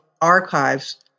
archives